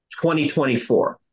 2024